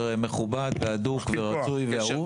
מכובד והדוק ורצוי ואהוב.